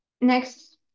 next